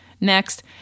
Next